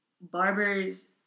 barbers